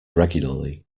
regularly